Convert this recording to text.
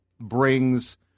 brings